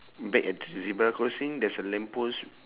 back at t~ the zebra crossing there is a lamp post